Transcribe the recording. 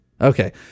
Okay